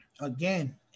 Again